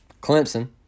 Clemson